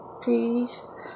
peace